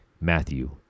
Matthew